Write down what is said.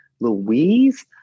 Louise